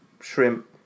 shrimp